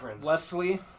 Leslie